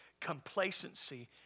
Complacency